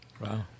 Wow